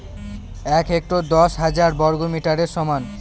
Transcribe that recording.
এক হেক্টর দশ হাজার বর্গমিটারের সমান